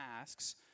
asks